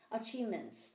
achievements